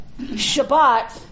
Shabbat